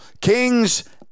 Kings –